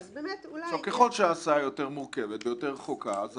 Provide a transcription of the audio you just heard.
ככל שההסעה יותר מורכבת ויותר רחוקה אז